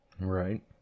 Right